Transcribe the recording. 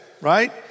Right